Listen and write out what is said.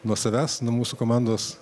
nuo savęs nuo mūsų komandos